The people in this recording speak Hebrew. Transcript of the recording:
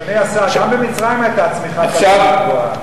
אדוני השר, גם במצרים היתה צמיחה כלכלית גבוהה.